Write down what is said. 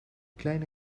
kleine